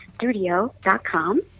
studio.com